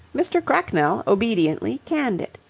mr. cracknell obediently canned it.